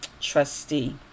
trustee